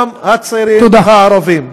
הצעירים הערבים.